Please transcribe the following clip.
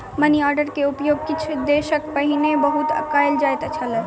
money order के उपयोग किछ दशक पहिने बहुत कयल जाइत छल